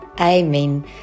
Amen